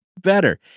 better